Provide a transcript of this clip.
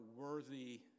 worthy